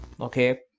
okay